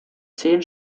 zehn